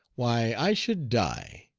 why, i should die!